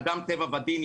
אדם טבע ודין,